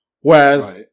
Whereas